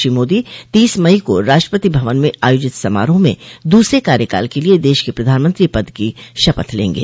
श्री मोदी तीस मई को राष्ट्रपति भवन में आयोजित समारोह में दूसरे कार्यकाल के लिए देश के प्रधानमंत्री पद की शपथ लेंगे